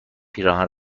پیراهن